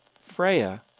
Freya